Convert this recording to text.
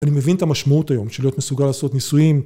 אני מבין את המשמעות היום שלהיות מסוגל לעשות ניסויים.